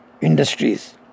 industries